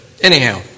anyhow